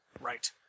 Right